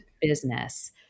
business